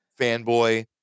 fanboy